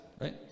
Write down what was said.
right